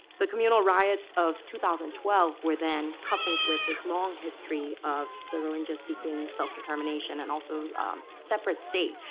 the communal riots of two thousand and twelve were then coupled with this long history of the rohingyas seeking self-determination and, also, a separate state.